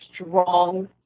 strong